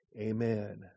Amen